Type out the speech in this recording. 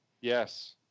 Yes